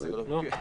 לבטל.